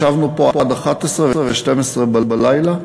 ישבנו פה עד 23:00 ו-24:00.